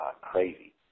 crazy